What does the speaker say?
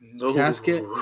casket